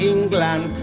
England